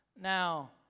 Now